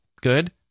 good